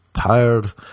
tired